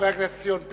חבר הכנסת ציון פיניאן,